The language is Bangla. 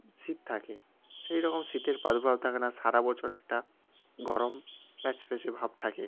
শীত থাকে সেই রকম শীতের প্রাদুর্ভাব থাকে না সারা বছর একটা গরম প্যাচ প্যাচে ভাব থাকে